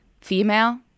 female